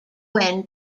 when